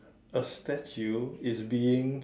a statue is being